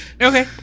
Okay